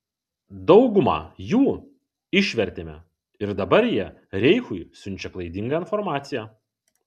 daugumą jų išvertėme ir dabar jie reichui siunčia klaidingą informaciją